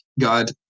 God